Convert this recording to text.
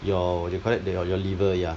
your they call it your your liver ya